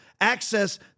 access